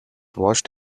washed